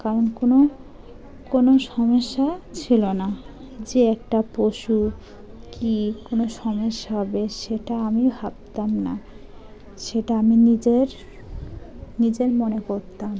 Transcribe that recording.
কারণ কোনো কোনো সমস্যা ছিল না যে একটা পশু কি কোনো সমস্যা হবে সেটা আমি ভাবতাম না সেটা আমি নিজের নিজের মনে করতাম